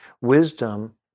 wisdom